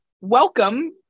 welcome